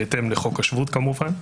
בהתאם לחוק השבות כמובן.